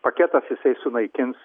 paketas jisai sunaikins